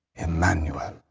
emmanuel